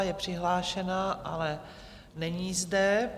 Je přihlášená, ale není zde.